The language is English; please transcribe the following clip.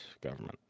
government